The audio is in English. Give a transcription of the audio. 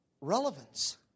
relevance